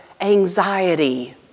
anxiety